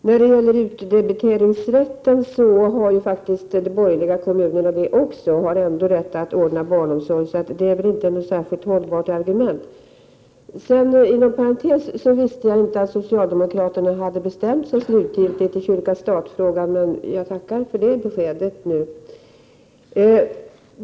Herr talman! Utdebiteringsrätt har faktiskt de borgerliga kommunerna också, och de har ändå rätt att ordna barnomsorg. Så det är inget särskilt hållbart argument att svenska kyrkan har den rätten. Inom parentes vill jag säga att jag inte visste att socialdemokraterna hade bestämt sig slutgiltigt i kyrka-stat-frågan, men jag tackar för det beskedet.